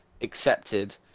accepted